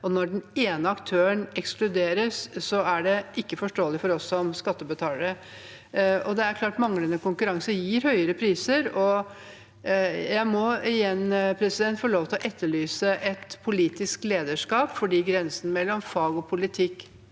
når den ene aktøren ekskluderes, er det ikke forståelig for oss som skattebetalere. Det er klart at manglende konkurranse gir høyere priser, og jeg må igjen få lov til å etterlyse et politisk lederskap fordi grensen mellom fag og politikk